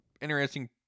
interesting